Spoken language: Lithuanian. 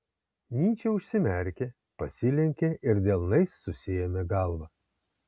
nyčė užsimerkė pasilenkė ir delnais susiėmė galvą